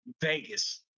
vegas